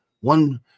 one